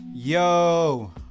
Yo